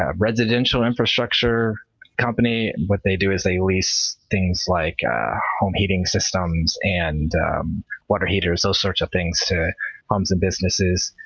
ah residential infrastructure company. what they do is they lease things like home heating systems and water heaters, those sorts of things, to homes and businesses.